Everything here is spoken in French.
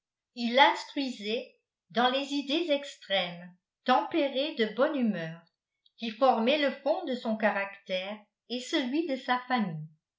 il l'instruisait dans les idées extrêmes tempérées de bonne humeur qui formaient le fond de son caractère et celui de sa famille